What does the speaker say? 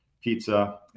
pizza